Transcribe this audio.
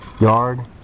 yard